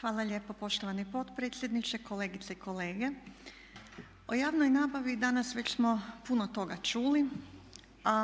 Hvala lijepo poštovani potpredsjedniče, kolegice i kolege. O javnoj nabavi danas već smo puno toga čuli a